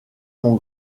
mon